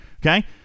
Okay